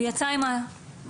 הוא יצא עם המשאבה,